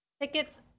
tickets